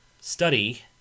study